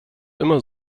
immer